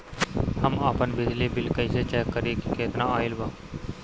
हम आपन बिजली बिल कइसे चेक करि की केतना आइल बा?